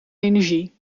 energie